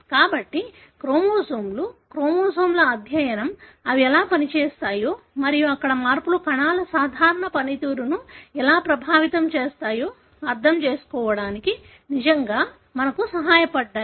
కాబట్టి క్రోమోజోమ్లు క్రోమోజోమ్ల అధ్యయనం అవి ఎలా పనిచేస్తాయో మరియు అక్కడ మార్పులు కణాల సాధారణ పనితీరును ఎలా ప్రభావితం చేస్తాయో అర్థం చేసుకోవడానికి నిజంగా మాకు సహాయపడ్డాయి